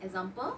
example